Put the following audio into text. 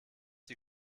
die